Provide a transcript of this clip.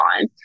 on